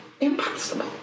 impossible